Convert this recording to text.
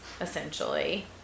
essentially